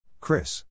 Chris